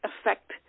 affect